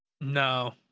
No